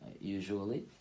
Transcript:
usually